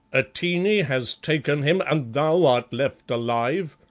atene has taken him and thou art left alive?